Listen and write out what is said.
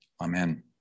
Amen